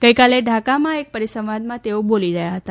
ગઇકાલે ઢાકામાં એક પરિસંવાદમાં તેઓ બોલી રહ્યા હતા